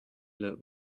look